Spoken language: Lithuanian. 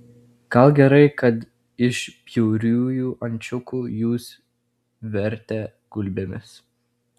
gal gerai kad iš bjauriųjų ančiukų jus vertė gulbėmis